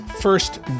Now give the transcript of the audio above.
First